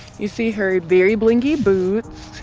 you see her very blinky boots.